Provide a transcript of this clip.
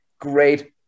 great